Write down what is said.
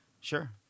Sure